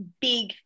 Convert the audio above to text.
big